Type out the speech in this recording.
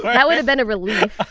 but that would have been a relief.